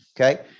Okay